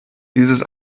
dieses